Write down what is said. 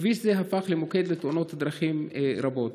כביש זה הפך למוקד לתאונות דרכים רבות.